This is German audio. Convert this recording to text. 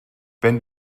wenn